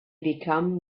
become